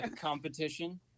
competition